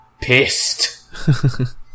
Pissed